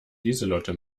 lieselotte